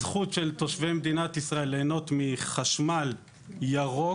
הזכות של תושבי מדינת ישראל ליהנות מחשמל ירוק